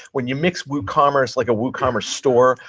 when you mix woocommerce, like a woocommerce store,